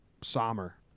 Sommer